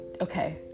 okay